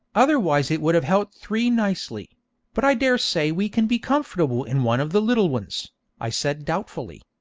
otherwise it would have held three nicely but i dare say we can be comfortable in one of the little ones i said doubtfully.